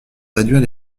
réduire